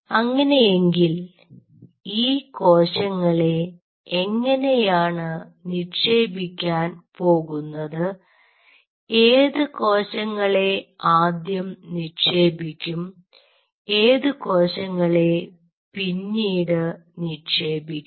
അങ്ങനെയെങ്കിൽ ഈ കോശങ്ങളെ എങ്ങനെയാണ് നിക്ഷേപിക്കാൻ പോകുന്നത് ഏതു കോശങ്ങളെ ആദ്യം നിക്ഷേപിക്കും ഏതു കോശങ്ങളെ പിന്നീട് നിക്ഷേപിക്കും